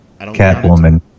Catwoman